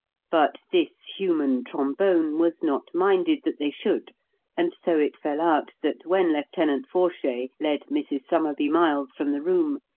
but this human trombone was not minded that they should and so it fell out that, when lieutenant forshay led mrs. somerby-miles from the room,